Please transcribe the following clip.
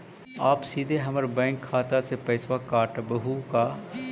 आप सीधे हमर बैंक खाता से पैसवा काटवहु का?